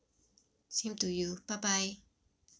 same to you bye bye